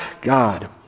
God